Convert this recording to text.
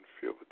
feel